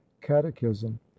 catechism